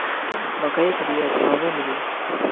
मक्कई के बिया क़हवा मिली?